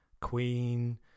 queen